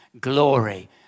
glory